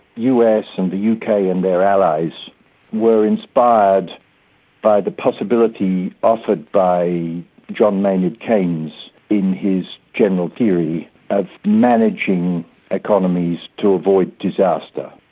us and the yeah uk ah yeah and their allies were inspired by the possibility offered by john maynard keynes in his general theory of managing economies to avoid disaster.